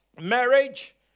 marriage